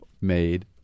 made